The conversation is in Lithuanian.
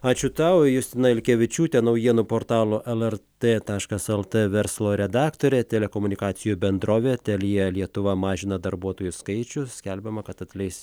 ačiū tau justina ilkevičiūtė naujienų portalo lrt taškas lt verslo redaktorė telekomunikacijų bendrovė telia lietuva mažina darbuotojų skaičių skelbiama kad atleis